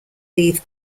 leave